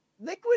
liquid